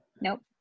nope